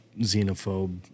Xenophobe